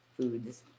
foods